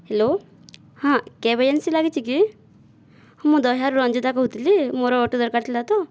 hello ହଁ cab agency ଲାଗିଛିକି ହଁ ମୁଁ ଦହ୍ୟାରୁ ରଞ୍ଜିତା କହୁଥିଲି ମୋର ଅଟୋ ଦରକାର ଥିଲା ତ